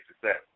success